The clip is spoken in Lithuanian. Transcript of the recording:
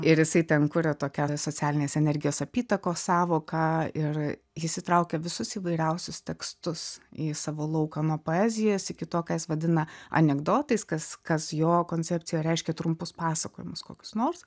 ir jisai ten kuria tokią socialinės energijos apytakos sąvoką ir jis įtraukia visus įvairiausius tekstus į savo lauką nuo poezijos iki to ką jis vadina anekdotais kas kas jo koncepcijoj reiškia trumpus pasakojimus kokius nors